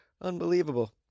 Unbelievable